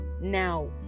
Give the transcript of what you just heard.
now